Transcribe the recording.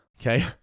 okay